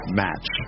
match